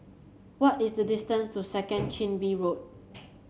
what is the distance to Second Chin Bee Road